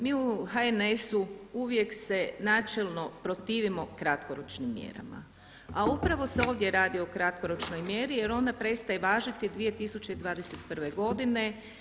Mi u HNS-u uvijek se načelno protivimo kratkoročnim mjerama, a upravo se ovdje radi o kratkoročnoj mjeri jer ona prestaje važiti 2021. godine.